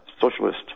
socialist